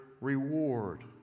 reward